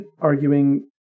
arguing